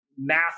math